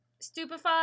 Stupefy